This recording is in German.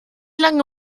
lange